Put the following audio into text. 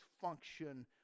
function